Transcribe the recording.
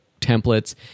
templates